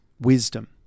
wisdom